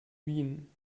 bienen